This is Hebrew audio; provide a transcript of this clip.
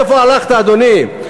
לאיפה הלכת, אדוני?